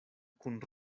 kun